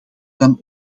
dan